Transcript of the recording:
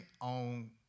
on